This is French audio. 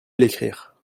l’écrire